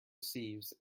sieves